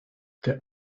the